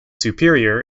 superior